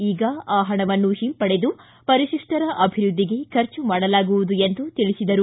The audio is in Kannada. ಈಗ ಆ ಹಣವನ್ನು ಹಿಂಪಡೆದು ಪರಿಶಿಷ್ಟರ ಅಭಿವೃದ್ಧಿಗೆ ಖರ್ಚು ಮಾಡಲಾಗುವುದು ಎಂದು ತಿಳಿಸಿದರು